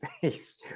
face